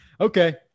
okay